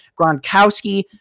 Gronkowski